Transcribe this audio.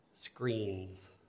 screens